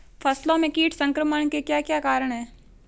फसलों में कीट संक्रमण के क्या क्या कारण है?